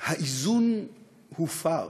האיזון הופר,